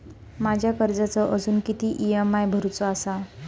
माझ्या कर्जाचो अजून किती ई.एम.आय भरूचो असा?